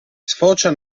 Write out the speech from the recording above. sfocia